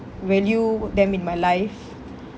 value them in my life